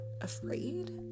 afraid